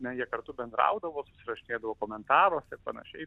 jie kartu bendraudavo rašinėdavo komentaruose ir panašiai